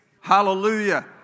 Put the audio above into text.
Hallelujah